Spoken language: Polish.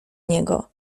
niego